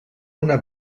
una